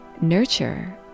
nurture